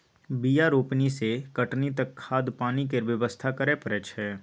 बीया रोपनी सँ कटनी तक खाद पानि केर बेवस्था करय परय छै